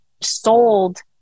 sold